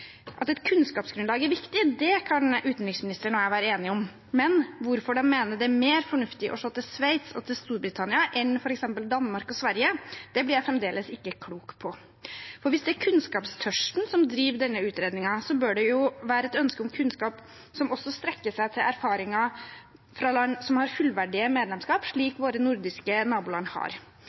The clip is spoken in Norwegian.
At et kunnskapsgrunnlag er viktig, kan utenriksministeren og jeg være enige om. Men hvorfor de mener det er mer fornuftig å se til Sveits og Storbritannia enn f.eks. til Danmark og Sverige, blir jeg fremdeles ikke klok på. For hvis det er kunnskapstørsten som driver denne utredningen, bør det jo være et ønske om kunnskap som også strekker seg til erfaringer fra land som har fullverdige medlemskap, slik våre nordiske naboland har.